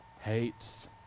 hates